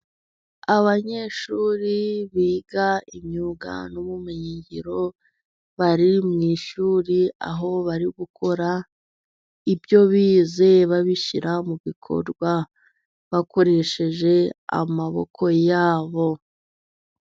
Abanyeshuri biga imyuga n'ubumenyingiro bari mu ishuri, aho bari gukora ibyo bize, babishyira mu bikorwa bakoresheje amaboko yabo.